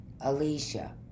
Alicia